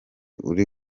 uri